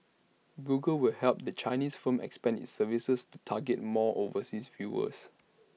Google will help the Chinese firm expand its services to target more overseas viewers